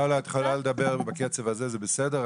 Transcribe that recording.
לא, לא, את יכולה לדבר בקצב הזה, זה בסדר.